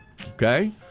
Okay